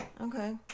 Okay